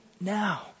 now